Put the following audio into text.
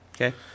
Okay